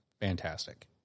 fantastic